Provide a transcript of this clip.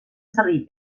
servir